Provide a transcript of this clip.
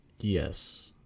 Yes